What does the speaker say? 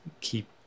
keep